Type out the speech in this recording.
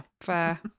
fair